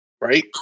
Right